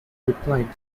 replied